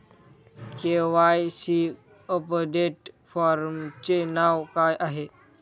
KYC update फॉर्मचे नाव काय आहे?